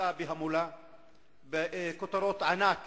יצאה בהמולה בכותרות ענק